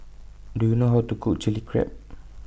Do YOU know How to Cook Chili Crab